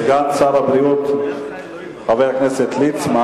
סגן שר הבריאות חבר הכנסת ליצמן